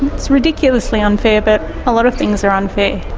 it's ridiculously unfair, but a lot of things are unfair.